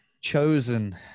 chosen